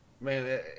Man